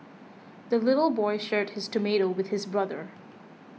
the little boy shared his tomato with his brother